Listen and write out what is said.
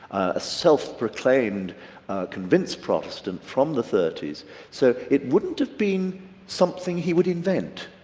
a self-proclaimed convinced protestant, from the thirty s so it wouldn't have been something he would invent.